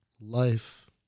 life